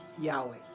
Yahweh